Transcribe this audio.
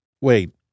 Wait